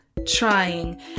trying